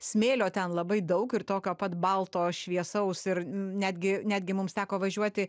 smėlio ten labai daug ir tokio pat balto šviesaus ir netgi netgi mums teko važiuoti